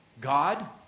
God